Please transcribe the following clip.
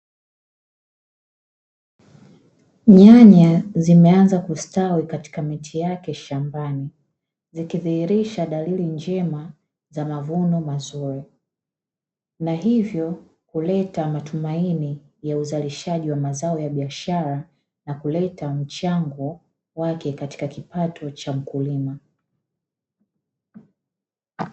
Nyanya zimeanza kustawi katika miche yake shambani, zikidhihirisha dalili njema za mavuno mazuri. Na hivyo kuleta matumaini ya uzalishaji wa mazao ya biashara na kuleta mchango wake katika kipato cha mkulima.